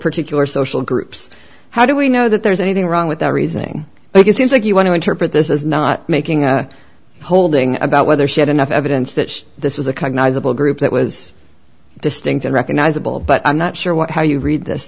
particular social groups how do we know that there's anything wrong with that reasoning but it seems like you want to interpret this is not making a holding about whether she had enough evidence that this is a cognizable group that was distinct and recognizable but i'm not sure what how you read this